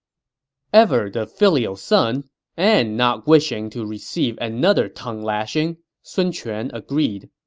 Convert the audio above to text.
ever the filial son and not wishing to receive another tongue-lashing, sun quan agreed.